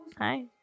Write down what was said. hi